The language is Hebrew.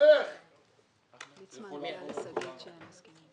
--- איך הצליחו לעבוד עליך?